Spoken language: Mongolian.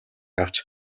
авч